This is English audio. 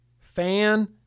fan